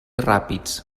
ràpids